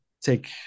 take